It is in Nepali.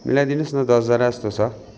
मिलाइदिनुहोस् न दसजना जस्तो छ